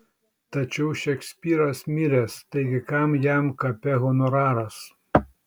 tačiau šekspyras miręs taigi kam jam kape honoraras